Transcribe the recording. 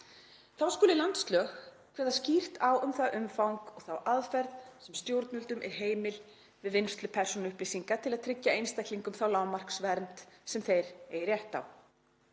Þá skuli landslög kveða skýrt á um það umfang og þá aðferð sem stjórnvöldum er heimil við vinnslu persónuupplýsinga til að tryggja einstaklingum þá lágmarksvernd sem þeir eigi rétt á